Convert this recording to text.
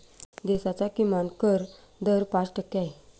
देशाचा किमान कर दर पाच टक्के आहे